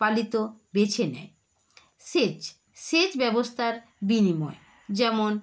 পালিত বেছে নেয় সেচ সেচ ব্যবস্থার বিনিময়ে যেমন